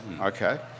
Okay